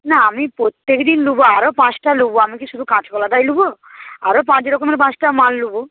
না আমি প্রত্যেকদিন নেব আরও পাঁচটা নেব আমি কি শুধু কাঁচকলাটাই নেব আরও পাঁচ রকমের পাঁচটা মাল নেব